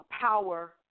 power